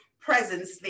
Presence